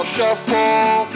Shuffle